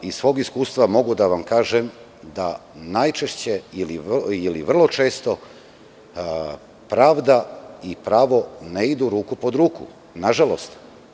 Iz svog iskustva mogu da vam kažem da najčešće ili vrlo često pravda i pravo ne idu ruku pod ruku, nažalost.